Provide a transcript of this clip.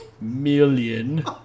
million